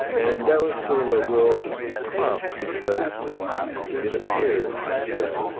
and that was sort of a real prompt, because it appears that,